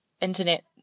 Internet